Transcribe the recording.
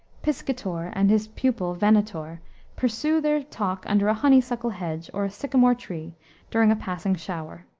piscator and his pupil venator pursue their talk under a honeysuckle hedge or a sycamore tree during a passing shower.